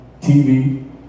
TV